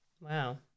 Wow